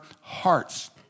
hearts